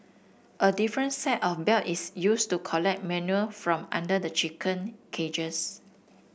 a different set of belt is used to collect manure from under the chicken cages